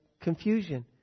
confusion